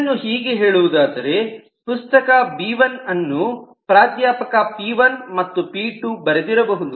ಇದನ್ನು ಹೀಗೆ ಹೇಳುವುದಾದರೆ ಪುಸ್ತಕ ಬಿ1 ಅನ್ನು ಪ್ರಾಧ್ಯಾಪಕ ಪಿ1 ಮತ್ತು ಪಿ2 ಬರೆದಿರಬಹುದು